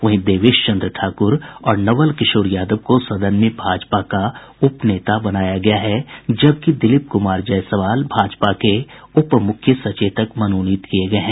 वहीं देवेश चंद्र ठाक्र और नवल किशोर यादव को सदन में भाजपा का उपनेता बनाया गया है जबकि दिलीप कुमार जायसवाल भाजपा के उप मुख्य सचेतक मनोनीत किये गये हैं